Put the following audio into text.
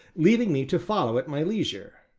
leaving me to follow at my leisure,